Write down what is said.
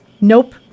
Nope